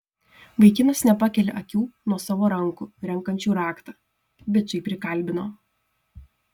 vaikinas nepakelia akių nuo savo rankų renkančių raktą bičai prikalbino